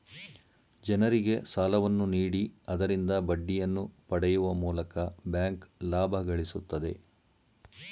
ಜನರಿಗೆ ಸಾಲವನ್ನು ನೀಡಿ ಆದರಿಂದ ಬಡ್ಡಿಯನ್ನು ಪಡೆಯುವ ಮೂಲಕ ಬ್ಯಾಂಕ್ ಲಾಭ ಗಳಿಸುತ್ತದೆ